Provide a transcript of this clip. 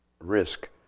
risk